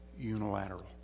unilateral